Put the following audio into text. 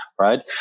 right